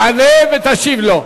הכנסת בן-ארי, אתה תעלה ותשיב לו.